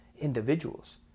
individuals